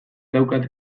daukat